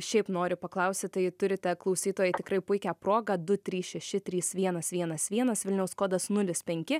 šiaip nori paklausti tai turite klausytojai tikrai puikią progą du trys šeši trys vienas vienas vienas vilniaus kodas nulis penki